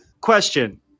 question